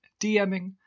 DMing